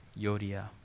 Yodia